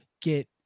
get